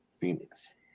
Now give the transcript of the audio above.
Phoenix